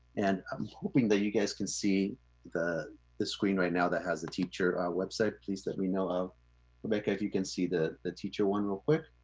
and i'm hoping that you guys can see the the screen right now that has the teacher website, please let me know. um rebecca, if you can see the the teacher one real quick,